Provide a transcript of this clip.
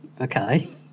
Okay